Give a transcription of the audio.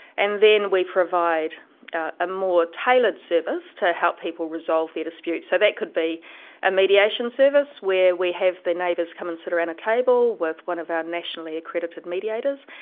and then we provide a more tailored service to help people resolve their disputes. so that could be a mediation service where we have the neighbours come and sit around a table with one of our nationally accredited mediators,